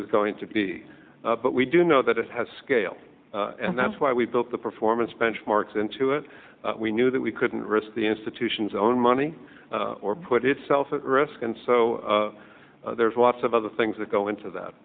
is going to be but we do know that it has scale and that's why we built the performance benchmarks into it we knew that we couldn't risk the institution's own money or put itself at risk and so there's lots of other things that go into that